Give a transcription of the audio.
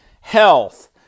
health